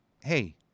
hey